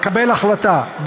לקבל החלטה,